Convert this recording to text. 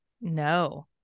no